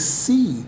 see